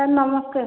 sir ନମସ୍କାର